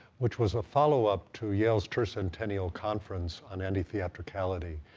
which was a followup to yale's tercentennial conference on anti-theatricality,